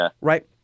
Right